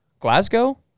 Glasgow